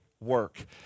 Work